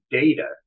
data